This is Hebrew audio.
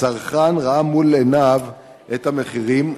הצרכן ראה מול עיניו את המחירים,